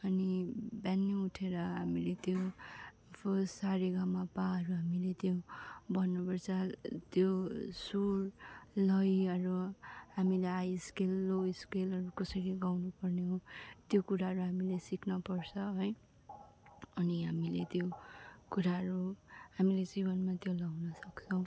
अनि बिहानै उठेर हामीले त्यो फर्स्ट सा रे ग म पहरू हामीले त्यो भन्नुपर्छ त्यो सुर लयहरू हामीले हाई स्केल लो स्केलहरू कसरी गाउनु पर्ने हो त्यो कुराहरू हामीले सिक्नपर्छ है अनि हामीले त्यो कुराहरू हामीले जीवनमा त्यो लाउन सक्छौँ